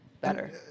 better